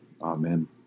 Amen